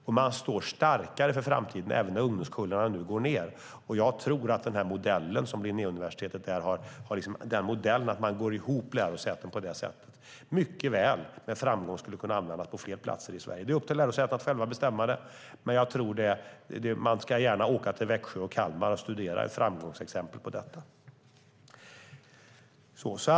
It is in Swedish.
Och man står starkare inför framtiden, även när ungdomskullarna nu minskar. Jag tror att den modell som Linnéuniversitetet har, där lärosäten går ihop på det här sättet, med framgång skulle kunna användas på fler platser i Sverige. Det är upp till lärosätena att själva bestämma det, men man ska gärna åka till Växjö och Kalmar och studera framgångsexempel på detta.